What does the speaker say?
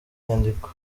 nyandiko